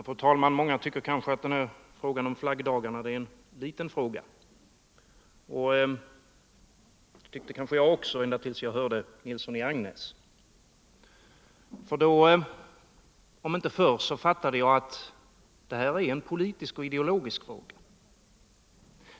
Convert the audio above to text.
Fru talman! Många tycker kanske att frågan om flaggdagarna är en liten fråga. Men i verkligheten är den en politisk och ideologisk fråga.